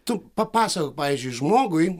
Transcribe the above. tu papasakok pavyzdžiui žmogui